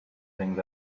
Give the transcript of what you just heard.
thing